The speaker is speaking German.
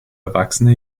erwachsene